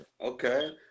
okay